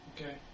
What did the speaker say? Okay